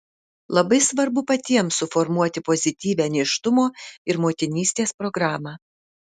labai svarbu patiems suformuoti pozityvią nėštumo ir motinystės programą